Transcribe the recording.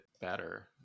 better